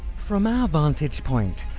from our vantage point,